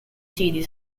siti